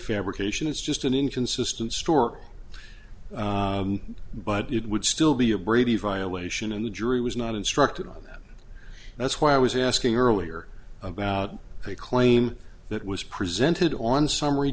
fabrication is just an inconsistent store but it would still be a brady violation and the jury was not instructed on that that's why i was asking earlier about a claim that was presented on summary